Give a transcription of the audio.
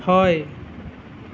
হয়